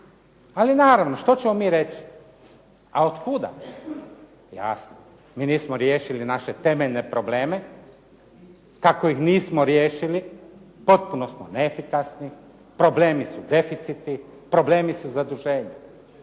Ali naravno, što ćemo mi reći, a otkuda. Jasno, mi nismo riješili naše temeljne probleme. Kako ih nismo riješili potpuno smo neefikasni, problemi su deficiti, problemi su zaduženja.